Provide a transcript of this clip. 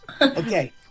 Okay